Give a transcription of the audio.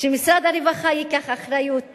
שמשרד הרווחה ייקח אחריות